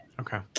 Okay